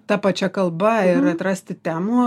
ta pačia kalba ir atrasti temų